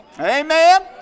Amen